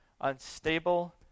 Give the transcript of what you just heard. unstable